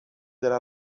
della